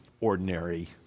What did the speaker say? ordinary